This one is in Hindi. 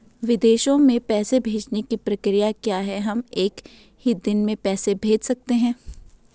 विदेशों में पैसे भेजने की प्रक्रिया क्या है हम एक ही दिन में पैसे भेज सकते हैं?